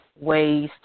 ways